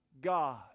God